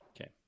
Okay